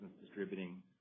distributing